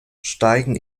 steigen